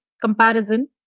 comparison